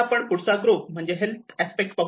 आपण पुढचा ग्रुप म्हणजे हेल्थ अस्पेक्ट पाहूया